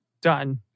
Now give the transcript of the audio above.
Done